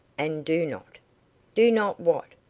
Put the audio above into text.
and do not do not what?